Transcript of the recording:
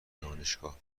دانشگاه